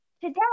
today